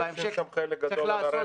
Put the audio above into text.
יושב שם חלק גדול על הרכס.